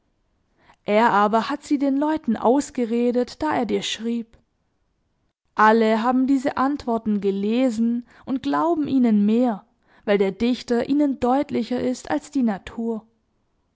er aber hat sie den leuten ausgeredet da er dir schrieb alle haben diese antworten gelesen und glauben ihnen mehr weil der dichter ihnen deutlicher ist als die natur